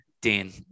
Dean